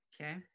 Okay